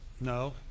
no